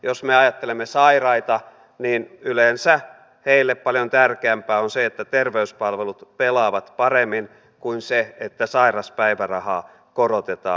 jos me ajattelemme sairaita niin yleensä heille paljon tärkeämpää on se että terveyspalvelut pelaavat paremmin kuin se että sairauspäivärahaa korotetaan